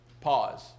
pause